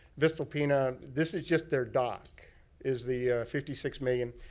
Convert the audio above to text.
voestalpine, ah this is just their dock is the fifty six million.